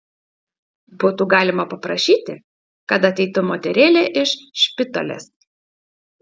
būtų galima paprašyti kad ateitų moterėlė iš špitolės